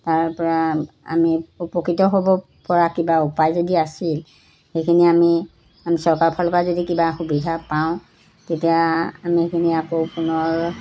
তাৰ পৰা আমি উপকৃত হ'ব পৰা কিবা উপায় যদি আছিল সেইখিনি আমি আমি চৰকাৰৰ ফালৰ পৰা যদি কিবা সুবিধা পাওঁ তেতিয়া আমি সেইখিনি আকৌ পুণৰ